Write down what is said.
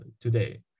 today